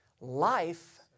Life